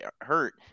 hurt